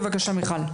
בבקשה מיכל.